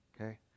Okay